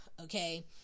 okay